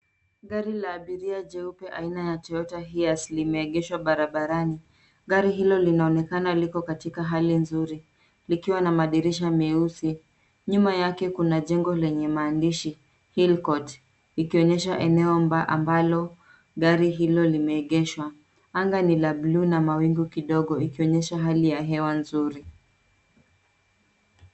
Gari la abiria jeupe aina ya Toyota Hiace limeegeshwa barabarani. Gari hilo linaonekana liko katika hali nzuri likiwa na madirisha meusi. Nyuma yake kuna jengo lenye maandishi Hill Court ikionyesha eneo ambalo gari hilo limeegeshwa. Anga ni la buluu na mawingu kidogo ikionyesha hali ya hewa nzuri.